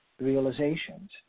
realizations